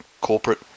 corporate